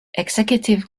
executive